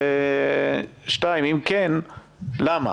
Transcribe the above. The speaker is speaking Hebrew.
ב', אם כן, למה?